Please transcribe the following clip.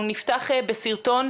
אנחנו נפתח סרטון,